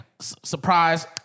Surprise